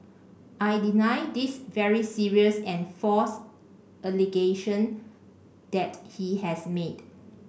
I deny this very serious and false allegation that he has made